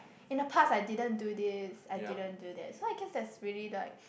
in the past I didn't do this I didn't do that so I guess that's really like